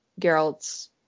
Geralt's